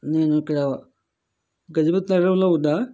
నేను ఇక్కడ గజబిద్ నగరంలో ఉన్న